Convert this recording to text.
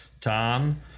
Tom